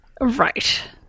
Right